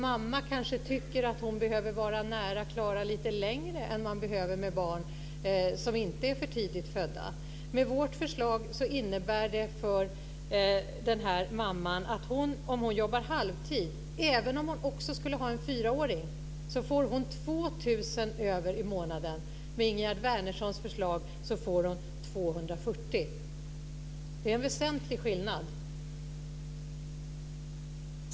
Mamma kanske tycker att hon behöver vara nära Klara lite längre än man behöver med barn som inte är för tidigt födda. Vårt förslag innebär för mamman, om hon jobbar halvtid, även om hon också skulle ha en fyraåring, att hon får 2 000 kr över i månaden. Med Ingegerd Wärnerssons förslag får hon 240 kr. Det är en väsentlig skillnad.